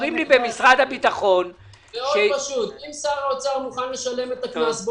אם שר האוצר מוכן לשלם את הקנס,